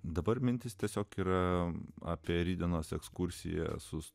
dabar mintis tiesiog yra apie rytdienos ekskursiją su